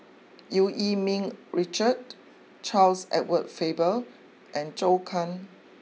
Eu Yee Ming Richard Charles Edward Faber and Zhou can